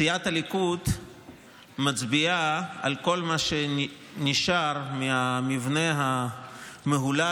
סיעת הליכוד מצביעה על כל מה שנשאר מהמבנה המהולל,